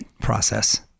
process